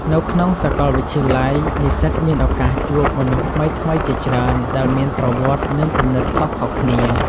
នៅក្នុងសាកលវិទ្យាល័យ និស្សិតមានឱកាសជួបមនុស្សថ្មីៗជាច្រើនដែលមានប្រវត្តិនិងគំនិតខុសៗគ្នា។